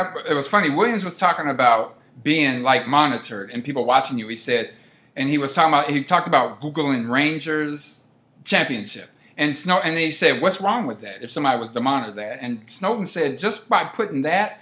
about it was funny williams was talking about being like monitor and people watching you he said and he was tom and he talked about google and rangers championship and snow and they say what's wrong with that if some i was the monitor that and snowden said just by putting that